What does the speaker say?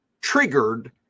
triggered